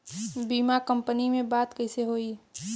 बीमा कंपनी में बात कइसे होई?